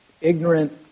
ignorant